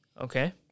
Okay